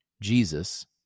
Jesus